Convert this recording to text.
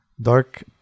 Dark